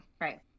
right